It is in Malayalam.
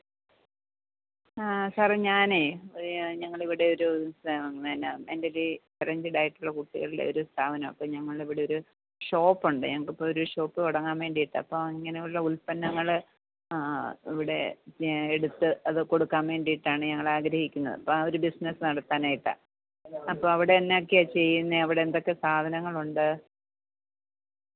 ആ സാറേ ഞാനേ ഞങ്ങളിവിടെ ഒരു പിന്നെ എൻ്റെ ഒരു ഫ്രണ്ട് ആയിട്ടുള്ള കുട്ടികളുടെ ഒരു സ്ഥാപനമാണ് അപ്പം ഞങ്ങളിവിടെ ഒരു ഷോപ്പ് ഉണ്ട് ഞങ്ങൾക്ക് ഇപ്പോൾ ഒരു ഷോപ്പ് തുടങ്ങാൻ വേണ്ടിയിട്ട് അപ്പം ഇങ്ങനെയുള്ള ഉൽപ്പന്നങ്ങള് ഇവിടെ എടുത്ത് അത് കൊടുക്കാൻ വേണ്ടിയിട്ടാണ് ഞങ്ങളാഗ്രഹിക്കുന്നത് അപ്പം ആ ഒരു ബിസിനസ് നടത്താനായിട്ടാണ് അപ്പം അവിടെ എന്നതൊക്കെയാണ് ചെയ്യുന്നത് അവിടെ എന്തൊക്കെ സാധനങ്ങളുണ്ട്